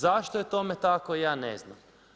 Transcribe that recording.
Zašto je tome tako, ja ne znam.